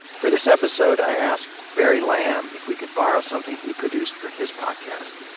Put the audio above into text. for this episode, i asked barry lam if we could borrow something he produced for his podcast.